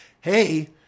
Hey